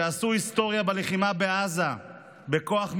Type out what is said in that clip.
שעשו היסטוריה בלחימה בעזה בכוח מיוחד,